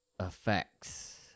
Effects